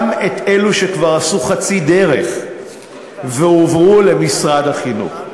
גם את אלו שכבר עשו חצי דרך והועברו למשרד החינוך.